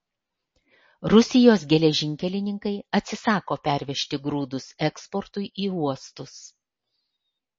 rusijos geležinkelininkai atsisako pervežti grūdus eksportui į uostus